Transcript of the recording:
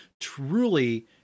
truly